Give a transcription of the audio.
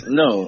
no